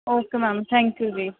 okay ma'am thank you ਜੀ